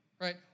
right